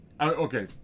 Okay